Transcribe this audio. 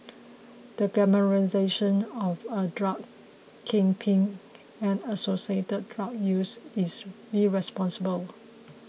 the glamorisation of a drug kingpin and associated drug use is irresponsible